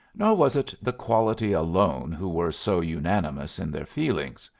nor was it the quality alone who were so unanimous in their feelings.